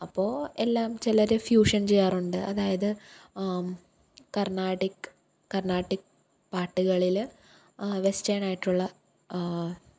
അപ്പോൾ എല്ലാം ചിലർ ഫ്യൂഷന് ചെയ്യാറുണ്ട് അതായത് കര്ണാടിക്ക് കര്ണാട്ടിക്ക് പാട്ടുകളിൽ വെസ്റ്റേണായിട്ടുള്ള